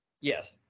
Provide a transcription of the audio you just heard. Yes